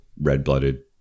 red-blooded